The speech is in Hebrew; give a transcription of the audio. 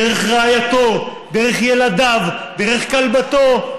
דרך רעייתו, דרך ילדיו, דרך כלבתו.